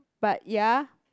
but ya